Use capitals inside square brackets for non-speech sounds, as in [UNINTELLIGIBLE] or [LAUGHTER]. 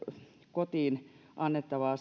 kotiin annettavaa [UNINTELLIGIBLE]